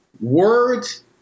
words